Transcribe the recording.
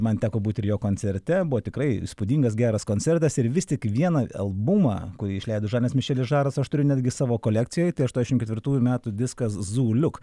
man teko būti ir jo koncerte buvo tikrai įspūdingas geras koncertas ir vis tik vieną albumą kurį išleido žanas mišelis žaras aš turiu netgi savo kolekcijoj tai aštuoniasdešimt ketvirtųjų metų diskas zuliuk